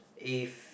if